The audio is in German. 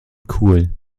cool